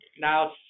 Now